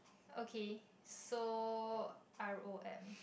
okay so R_O_M